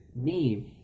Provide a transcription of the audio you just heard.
name